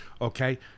okay